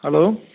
hello